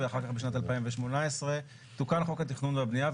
ואחר כך בשנת 2018 תוקן חוק התכנון והבנייה,